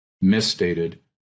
misstated